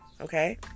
okay